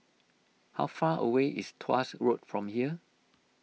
how far away is Tuas Road from here